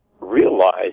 realize